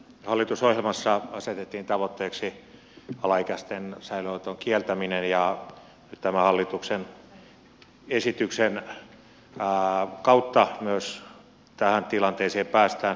hallitusohjelmassa asetettiin tavoitteeksi alaikäisten säilöönoton kieltäminen ja nyt tämän hallituksen esityksen kautta tähän tilanteeseen myös päästään